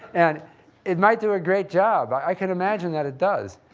and it might do a great job. i can imagine that it does.